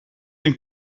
een